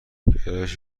گرایش